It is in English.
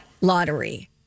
lottery